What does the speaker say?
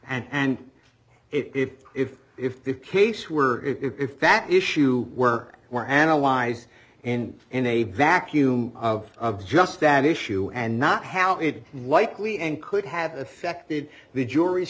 and if if if the case were if that issue were were analyzed and in a vacuum of just that issue and not how it likely and could have affected the jury's